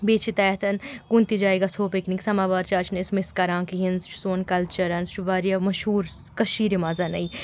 بیٚیہِ چھِ تتھ کُنہِ تہِ جایہِ گژھو پِکنِک سَماوار چھِ اَز چھِنہٕ أسۍ مِس کَران کِہیٖنٛۍ سُہ چھُ سون کَلچَر سُہ چھُ واریاہ مشہوٗر کٔشیٖرِ منٛز